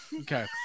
Okay